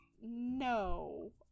No